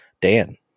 Dan